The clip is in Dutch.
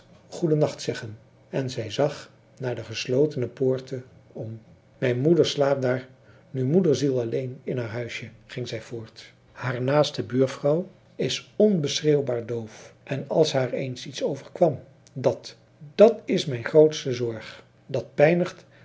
mocht goenacht zeggen en zij zag naar de geslotene poorte om mijn moeder slaapt daar nu moederziel alleen in haar huisje ging zij voort haar naaste buurvrouw is onbeschreeuwbaar doof en als haar eens iets overkwam dat dat is mijn grootste zorg dat pijnigt